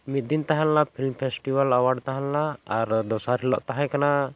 ᱢᱤᱫ ᱫᱤᱱ ᱛᱟᱦᱮᱸ ᱞᱮᱱᱟ ᱯᱷᱤᱞᱢ ᱯᱷᱮᱥᱴᱤᱵᱷᱮᱞ ᱮᱣᱟᱨᱰ ᱛᱟᱦᱮᱸᱞᱮᱱᱟ ᱟᱨ ᱫᱚᱥᱟᱨ ᱦᱤᱞᱳᱜ ᱛᱟᱦᱮᱸ ᱠᱟᱱᱟ